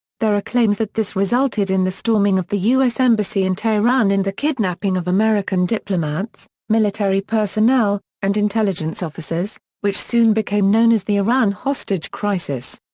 there are claims that this resulted in the storming of the u s. embassy in tehran and the kidnapping of american diplomats, military personnel, and intelligence officers, which soon became known as the iran hostage crisis.